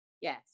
yes